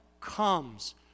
comes